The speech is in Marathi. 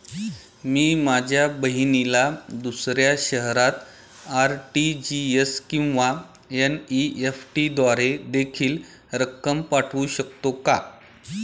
मी माझ्या बहिणीला दुसऱ्या शहरात आर.टी.जी.एस किंवा एन.इ.एफ.टी द्वारे देखील रक्कम पाठवू शकतो का?